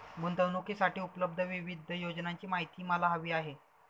गुंतवणूकीसाठी उपलब्ध विविध योजनांची माहिती मला हवी आहे